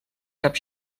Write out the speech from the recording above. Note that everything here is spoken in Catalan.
cap